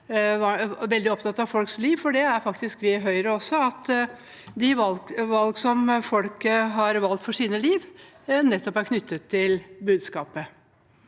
veldig opptatt av folks liv, og det er faktisk vi i Høyre også. Det kan jo være at valg som folk har tatt for sitt liv, nettopp er knyttet til budskapet.